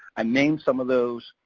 i named some of those,